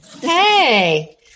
Hey